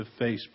Facebook